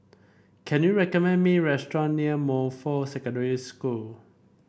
can you recommend me restaurant near Montfort Secondary School